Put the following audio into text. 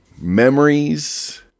Memories